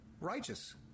righteous